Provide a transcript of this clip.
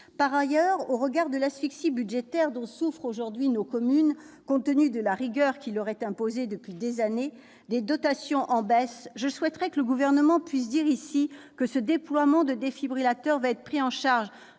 Par ailleurs, au regard de l'asphyxie budgétaire dont souffrent aujourd'hui nos communes compte tenu de la rigueur qui leur est imposée depuis des années, des dotations en baisse, je souhaiterais que le Gouvernement puisse dire, ici, que ce déploiement de défibrillateurs va être pris en charge